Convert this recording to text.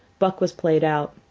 buck was played out.